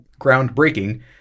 groundbreaking